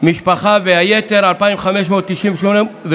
משפחה והיתר, 2,598,